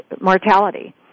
mortality